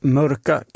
mörka